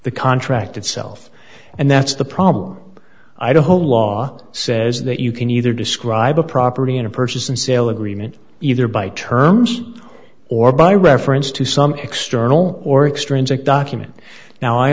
the contract itself and that's the problem i don't hold law says that you can either describe a property in a purchase and sale agreement either by terms or by reference to some external or extrinsic document now i